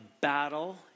battle